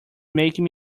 making